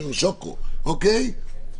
שוקו, אוקיי?